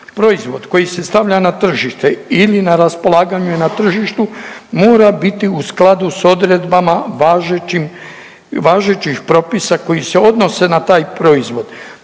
Proizvod koji se stavlja na tržište ili na raspolaganju je na tržištu mora biti u skladu s odredbama važećim, važećih propisa koji se odnose na taj proizvod.